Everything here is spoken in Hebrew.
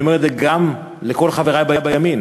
אני אומר את זה גם לכל חברי בימין.